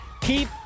Keep